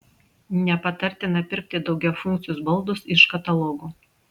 nepatartina pirkti daugiafunkcius baldus iš katalogų